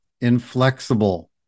inflexible